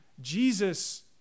Jesus